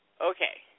Okay